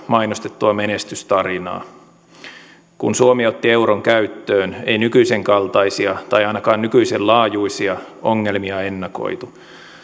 mainostettua menestystarinaa kun suomi otti euron käyttöön ei nykyisen kaltaisia tai ainakaan nykyisen laajuisia ongelmia ennakoitu